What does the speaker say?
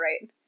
right